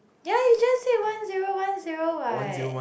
ya you just take one zero one zero what